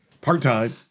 part-time